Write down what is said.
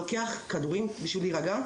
לוקח כדורים בשביל להירגע?